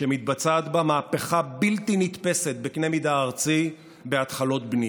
שמתבצעת בה מהפכה בלתי נתפסת בקנה מידה ארצי בהתחלות בנייה.